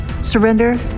Surrender